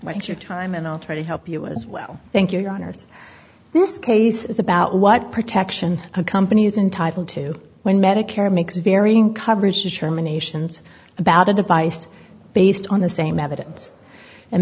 when it's your time and i'll try to help you as well thank you your honour's this case is about what protection a company is entitle to when medicare makes varying coverage determinations about a device based on the same evidence and